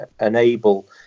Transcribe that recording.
enable